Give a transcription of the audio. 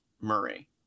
Murray